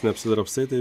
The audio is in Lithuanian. neapsidrabstai tai